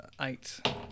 eight